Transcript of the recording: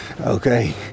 Okay